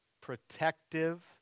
protective